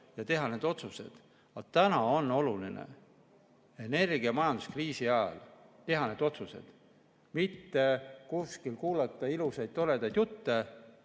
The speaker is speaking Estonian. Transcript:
ja teha need otsused. Aga täna on oluline energiamajanduskriisi ajal teha need otsused, mitte kuskil kuulata ilusaid-toredaid jutte,